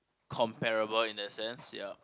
comparable in that sense ya